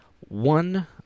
One